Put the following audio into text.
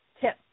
tip